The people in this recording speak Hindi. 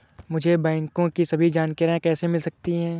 मुझे बैंकों की सभी जानकारियाँ कैसे मिल सकती हैं?